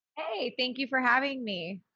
hey! thank you for having me.